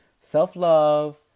Self-love